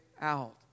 out